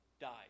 died